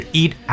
eat